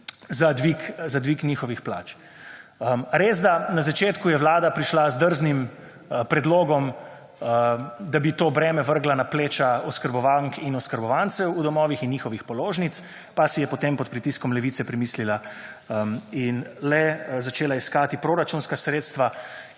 za dvig njihovih plač. Res, da na začetku je Vlada prišla z drznim predlogom, da bi to breme vrgla na pleča oskrbovank in oskrbovancev v domovih in njihovih položnic pa si je, potem pod pritiskom Levice premislila in začela iskati proračunska sredstva